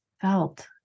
felt